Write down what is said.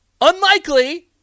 Unlikely